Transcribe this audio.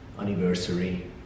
anniversary